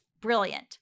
brilliant